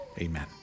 Amen